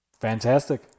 Fantastic